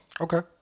Okay